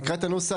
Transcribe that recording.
תקרא את הנוסח,